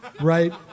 right